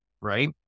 right